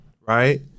Right